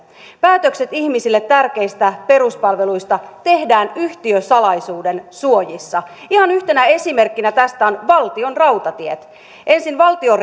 päätökset ihmisille tärkeistä peruspalveluista tehdään yhtiösalaisuuden suojissa ihan yhtenä esimerkkinä tästä on valtionrautatiet ensin valtio